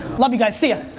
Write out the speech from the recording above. love you guys see ya!